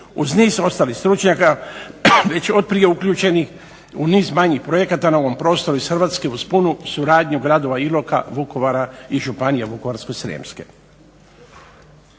uz niz ostalih stručnjaka već otprije uključenih u niz manjih projekata na ovom prostoru iz Hrvatske uz punu suradnju gradova Iloka, Vukovara i Županije Vukovarsko-srijemske.